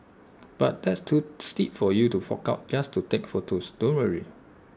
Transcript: but that's too steep for you to fork out just to take photos don't worry